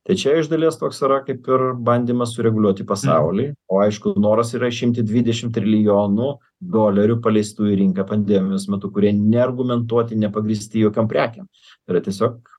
tai čia iš dalies toks yra kaip ir bandymas sureguliuoti pasaulį o aišku noras yra išimti dvidešim trilijonų dolerių paleistų į rinką pandemijos metu kurie neargumentuoti nepagrįsti jokiom prekėm yra tiesiog